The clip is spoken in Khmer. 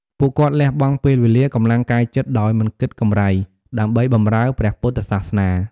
ពួកគាត់លះបង់ពេលវេលា កម្លាំងកាយចិត្ត ដោយមិនគិតកម្រៃ ដើម្បីបម្រើព្រះពុទ្ធសាសនា។